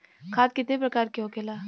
खाद कितने प्रकार के होखेला?